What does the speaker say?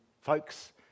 folks